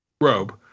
robe